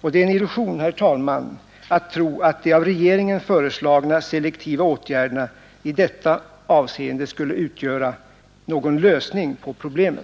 Och det är en illusion, herr talman, att tro att de av regeringen föreslagna selektiva åtgärderna i detta avseende skulle utgöra någon lösning på problemen.